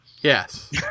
Yes